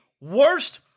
worst